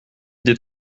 des